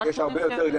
יש הרבה יותר.